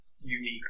unique